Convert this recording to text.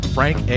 Frank